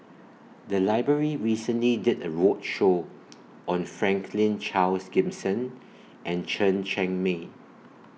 The Library recently did A roadshow on Franklin Charles Gimson and Chen Cheng Mei